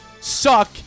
suck